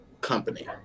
Company